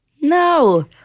No